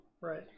Right